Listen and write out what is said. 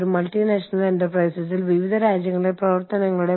ഉസ്ബെക്കിസ്ഥാനിലെ ഓഫീസിന് വ്യത്യസ്തമായ ആവശ്യങ്ങളുണ്ടാകും